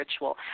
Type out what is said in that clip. ritual